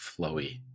Flowy